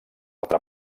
altra